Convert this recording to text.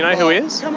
yeah who is?